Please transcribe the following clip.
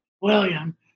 William